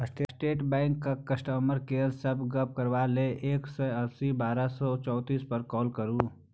state बैंकक customer केयरसँ गप्प करबाक लेल एक सय अस्सी बारह सय चौतीस पर काँल करु